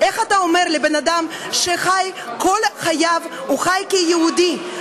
איך אתה אומר לבן-אדם שכל חייו חי כיהודי,